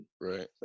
right